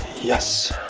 yes